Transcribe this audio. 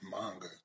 manga